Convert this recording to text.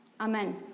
Amen